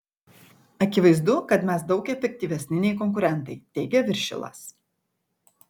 akivaizdu kad mes daug efektyvesni nei konkurentai teigia viršilas